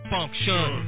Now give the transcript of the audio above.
Function